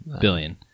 billion